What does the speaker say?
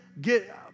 get